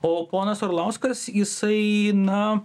o ponas orlauskas jisai na